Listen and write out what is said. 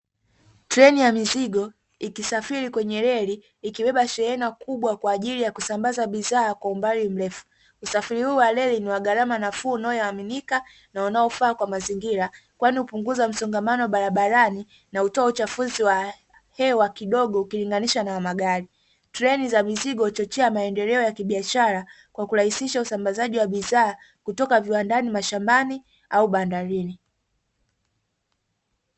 Treni ya mizigo ikisafiri kwenye reli ikiwepa shehena kubwa kwa ajili ya kusambaza kwa umbali mrefu, usafiri huu wa reli ni wa gharama nafuu unayoaminika na wanaofaa kwa mazingira kwani hupunguza msongamano barabarani na hutoa uchafuzi wa hewa kidogo ukilinganisha na magari; treni za mizigo huchochea maendeleo ya kibiashara kwa kurahisisha usambazaji wa bidhaa kutoka viwandani, mashambani au bandarini.